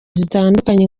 zitandukanye